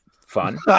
fun